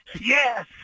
yes